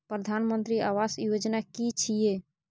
प्रधानमंत्री आवास योजना कि छिए?